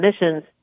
emissions